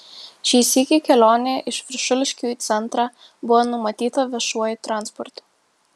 šį sykį kelionė iš viršuliškių į centrą buvo numatyta viešuoju transportu